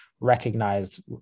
recognized